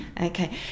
Okay